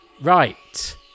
right